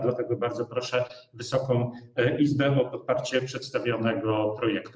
Dlatego bardzo proszę Wysoką Izbę o poparcie przedstawionego projektu.